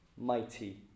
mighty